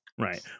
Right